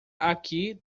aqui